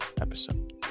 episode